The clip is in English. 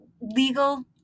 legal